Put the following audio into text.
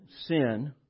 sin